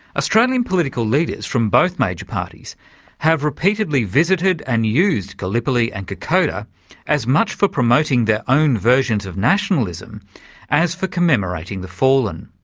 australian political leaders from both major parties have repeatedly visited and used gallipoli and kokoda as much for promoting their own versions of nationalism as for commemorating the fallen.